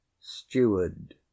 Steward